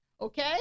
okay